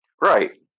right